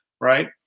right